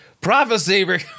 prophecy